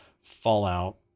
fallout